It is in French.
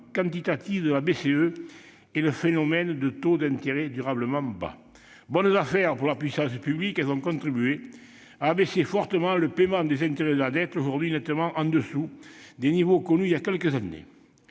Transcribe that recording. quantitatif de la BCE et le phénomène de taux d'intérêt durablement bas. « Bonne affaire » pour la puissance publique, ces primes ont contribué à abaisser fortement le paiement des intérêts de la dette, aujourd'hui nettement au-dessous des niveaux connus il y a quelques années.